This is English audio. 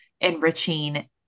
enriching